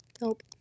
Nope